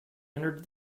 entered